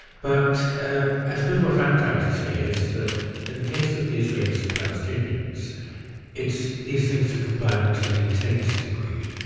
but i suppose what i'm trying to say is that in the case of the israelis and palestinians it's these things are combined to an intense degree.